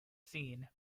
scene